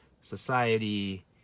society